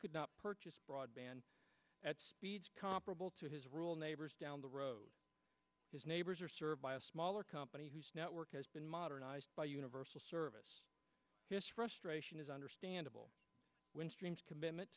could not purchase broadband at speeds comparable to his rule neighbors down the road his neighbors are served by a smaller company whose network has been modernized by universal service his frustration is understandable when streams commitment